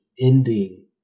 ending